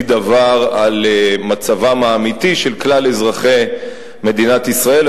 דבר על מצבם האמיתי של כלל אזרחי מדינת ישראל.